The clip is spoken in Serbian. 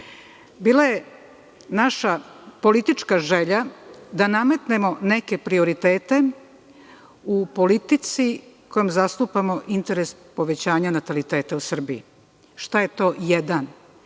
Bila je naša politička želja da nametnemo neke prioritete u politici kojom zastupamo interes povećanja nataliteta u Srbiji. Šta je to „Jedan“?